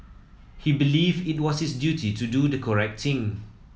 he believed it was his duty to do the correct thing